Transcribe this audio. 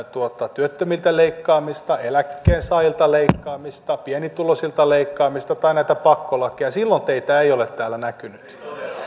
työttömiltä leikkaamista eläkkeensaajilta leikkaamista pienituloisilta leikkaamista tai näitä pakkolakeja silloin teitä ei ole täällä näkynyt